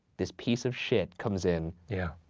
this piece of shit comes in, yeah.